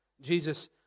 Jesus